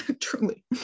truly